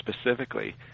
specifically